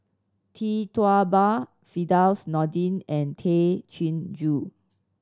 Tee Tua Ba Firdaus Nordin and Tay Chin Joo